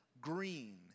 green